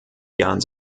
jahren